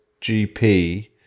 GP